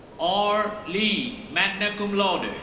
r li, magna cum laude.